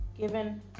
given